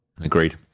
agreed